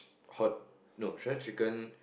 hot no shredded chicken